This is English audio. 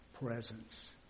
presence